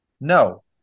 No